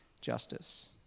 justice